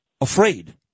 afraid